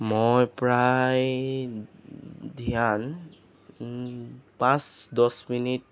মই প্ৰায় ধ্যান পাঁচ দহ মিনিট